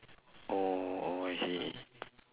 oh oh I see